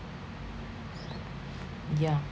yeah